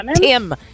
Tim